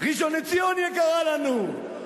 ראשון-לציון יקרה לנו.